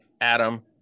Adam